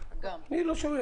לא שומעים